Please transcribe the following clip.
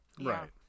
right